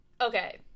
okay